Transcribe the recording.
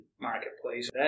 marketplace